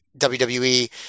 WWE